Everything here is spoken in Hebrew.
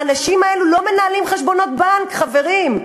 האנשים האלה לא מנהלים חשבונות בנק, חברים.